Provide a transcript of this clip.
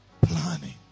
Planning